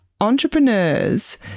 entrepreneurs